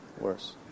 worse